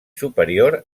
superior